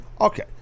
Okay